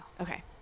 okay